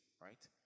right